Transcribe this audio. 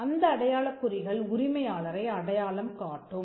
அந்த அடையாளக் குறிகள் உரிமையாளரை அடையாளம் காட்டும்